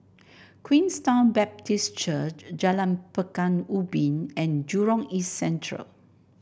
Queenstown Baptist Church Jalan Pekan Ubin and Jurong East Central